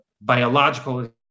biological